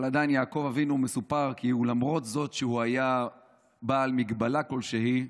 אבל מסופר שלמרות שיעקב אבינו היה בעל מגבלה כלשהי,